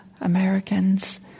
Americans